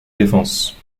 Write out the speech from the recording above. défense